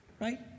right